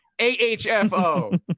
AHFO